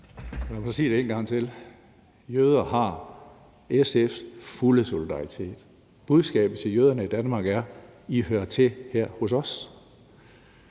Lad mig så sige det en gang til: Jøder har SF's fulde solidaritet. Budskabet til jøderne i Danmark er: I hører til her hos os.